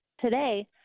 today